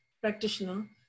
practitioner